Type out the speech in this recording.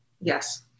Yes